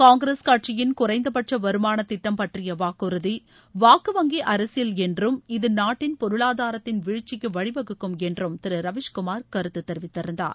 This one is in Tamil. காங்கிரஸ் கட்சியின் குறைந்தபட்ச வருமான திட்டம் பற்றிய வாக்குறுதி வாக்கு வங்கி அரசியல் என்றும் இது நாட்டின் பொருளாதாரத்தின் வீழ்ச்சிக்கு வழிவகுக்கும் என்றும் திரு ரவீஷ்குமார் கருத்து தெரிவித்திருந்தார்